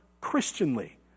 Christianly